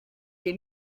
des